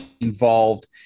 involved